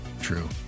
True